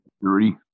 Three